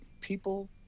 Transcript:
people